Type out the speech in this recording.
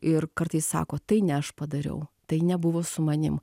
ir kartais sako tai ne aš padariau tai nebuvo su manim